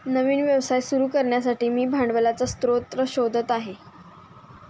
नवीन व्यवसाय सुरू करण्यासाठी मी भांडवलाचा स्रोत शोधत आहे